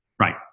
Right